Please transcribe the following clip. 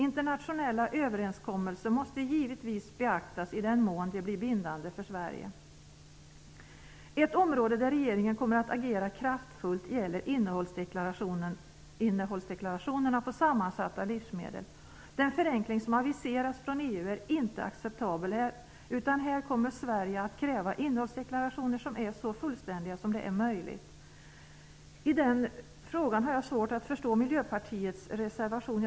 Internationella överenskommelser måste givetvis beaktas i den mån de blir bindande för Ett område där regeringen kommer att agera kraftfullt är innehållsdeklarationerna på sammansatta livsmedel. Den förenkling som aviseras från EU är inte acceptabel, utan här kommer Sverige att kräva innehållsdeklarationer som är så fullständiga som det är möjligt. I den frågan har jag svårt att förstå Miljöpartiets reservation.